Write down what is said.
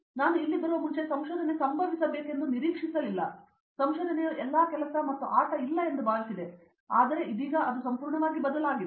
ನಾನು ಇಲ್ಲಿ ಬರುವ ಮುಂಚೆ ಸಂಶೋಧನೆ ಸಂಭವಿಸಬೇಕೆಂದು ನಾನು ನಿರೀಕ್ಷಿಸಲಿಲ್ಲ ಸಂಶೋಧನೆಯು ಎಲ್ಲಾ ಕೆಲಸ ಮತ್ತು ಆಟ ಇಲ್ಲ ಎಂದು ಭಾವಿಸಿದೆ ಆದರೆ ಇದೀಗ ಅದು ಸಂಪೂರ್ಣವಾಗಿ ಬದಲಾಗಿದೆ